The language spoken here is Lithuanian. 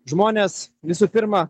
žmonės visų pirma